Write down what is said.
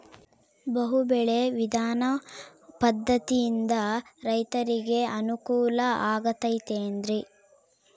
ಬಹು ಬೆಳೆ ವಿಧಾನ ಪದ್ಧತಿಯಿಂದ ರೈತರಿಗೆ ಅನುಕೂಲ ಆಗತೈತೇನ್ರಿ?